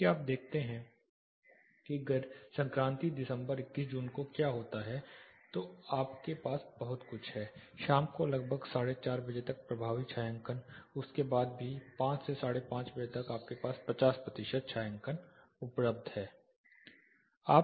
यदि आप देखते हैं कि गर्मी के संक्रांति दिसंबर 21 जून को क्या होता है तो आपके पास बहुत कुछ है शाम को लगभग 430 बजे तक प्रभावी छायांकन उसके बाद भी 5 530 तक आपके पास 50 है प्रतिशत छायांकन उपलब्ध है